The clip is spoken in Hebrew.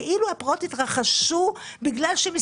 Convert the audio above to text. שאמרו כאילו הפרעות התרחשו בגלל שהערבים